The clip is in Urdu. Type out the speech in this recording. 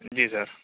جی سر